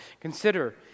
Consider